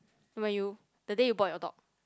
when you the day you bought your dog